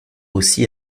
aussi